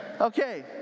Okay